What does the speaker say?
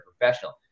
professional